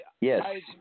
Yes